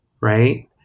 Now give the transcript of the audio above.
right